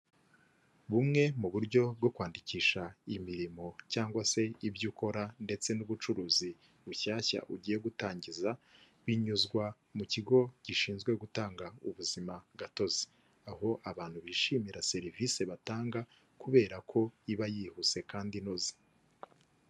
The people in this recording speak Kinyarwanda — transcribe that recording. Bumwe mu buryo bwo kwandikisha imirimo cyangwa se ibyo ukora ndetse n'ubucuruzi bushyashya ugiye gutangiza, binyuzwa mu kigo gishinzwe gutanga ubuzima gatozi. Aho abantu bishimira serivise batanga kubera ko iba yihuse kandi inoze.